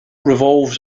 revolves